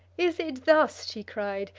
is it thus, she cried,